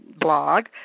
blog